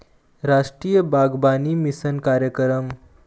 रास्टीय बागबानी मिसन कार्यकरम